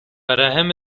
رحم